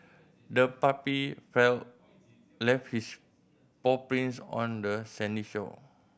the puppy feel left its paw prints on the sandy shore